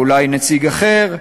אולי נציג אחר,